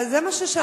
זה מה ששאלתי.